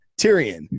Tyrion